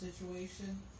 situation